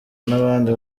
n’abandi